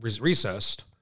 recessed